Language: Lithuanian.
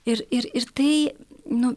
ir ir ir tai nu